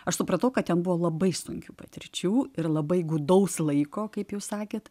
aš supratau kad ten buvo labai sunkių patirčių ir labai gūdaus laiko kaip jūs sakėt